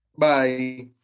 bye